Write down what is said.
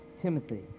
Timothy